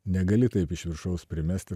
negali taip iš viršaus primesti